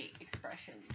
expressions